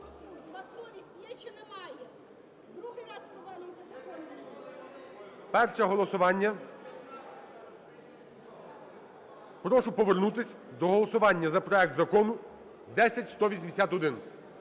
Перше голосування. Прошу повернутися до голосування за проект закону 10181.